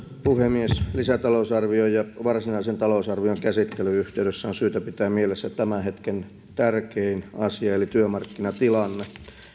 puhemies lisätalousarvion ja varsinaisen talousarvion käsittelyn yhteydessä on syytä pitää mielessä tämän hetken tärkein asia eli työmarkkinatilanne